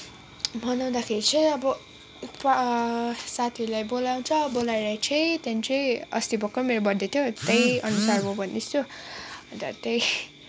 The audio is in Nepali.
मनाउँदाखेरि चाहिँ अब सा साथीहरूलाई बोलाउँछु बोलाएर चाहिँ त्यहाँदेखि चाहिँ अस्ति भर्खर मेरो बर्थडे थियो त्यही अनुसार म भन्दैछु अन्त त्यही